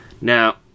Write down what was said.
Now